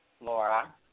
Laura